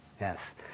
Yes